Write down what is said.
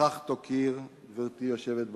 בכך יוקירו, גברתי היושבת בראש,